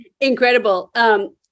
Incredible